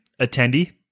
attendee